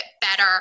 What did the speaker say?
better